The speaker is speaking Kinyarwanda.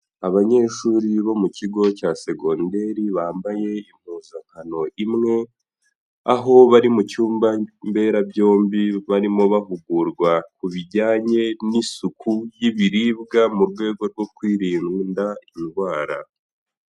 Abanyeshuri bo mu kigo cya segonderi bambaye impuzankano imwe, aho bari mu cyumba mberabyombi, barimo bahugurwa ku bijyanye n'isuku y'ibiribwa mu rwego rwo kwirinda indwara.